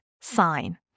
sign